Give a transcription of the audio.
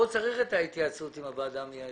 גם לפי שיטתכם צריך את ההתייעצות עם הוועדה המייעצת.